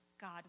God